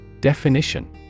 Definition